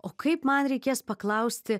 o kaip man reikės paklausti